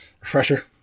Refresher